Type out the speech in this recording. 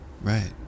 right